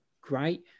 great